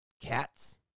Cats